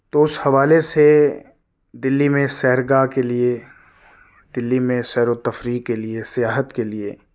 تو اس حوالے سے دلی میں سیرگاہ کے لیے دلی میں سیر و تفریح کے لیے سیاحت کے لیے